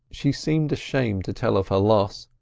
she seemed ashamed to tell of her loss,